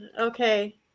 okay